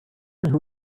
who